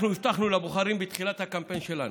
אנחנו הבטחנו לבוחרים בתחילת הקמפיין שלנו,